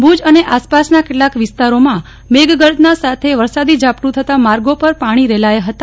ભુજ અને આસપાસના કેટલાક વિસ્તારોમાં મેઘગર્જના સાથે વરસાદી ઝાપટું થતા માર્ગો પર પાણી રેલાયા હતા